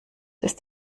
ist